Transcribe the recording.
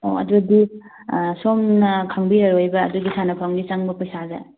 ꯑꯣ ꯑꯗꯨꯗꯤ ꯁꯣꯝꯅ ꯈꯪꯕꯤꯔꯔꯣꯏꯕ ꯑꯗꯨꯒꯤ ꯁꯥꯟꯅꯐꯝꯒꯤ ꯆꯪꯕ ꯄꯩꯁꯥꯁꯦ